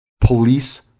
police